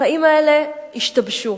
החיים האלה השתבשו.